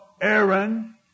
Aaron